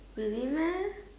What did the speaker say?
really meh